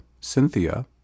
Cynthia